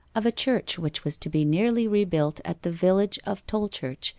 of a church which was to be nearly rebuilt at the village of tolchurch,